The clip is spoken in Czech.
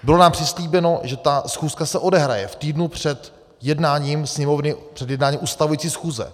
Bylo nám přislíbeno, že ta schůzka se odehraje v týdnu před jednáním Sněmovny, před jednáním ustavující schůze.